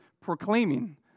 proclaiming